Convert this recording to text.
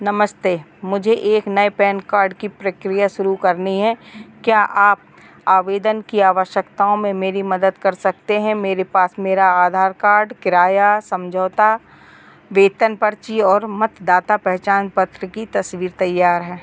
नमस्ते मुझे एक नए पैन कार्ड की प्रक्रिया शुरू करनी है क्या आप आवेदन की आवश्यकताओं में मेरी मदद कर सकते हैं मेरे पास मेरा आधार कार्ड किराया समझौता वेतन पर्ची और मतदाता पहचान पत्र की तस्वीर तैयार है